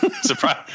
Surprise